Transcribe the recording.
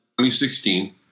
2016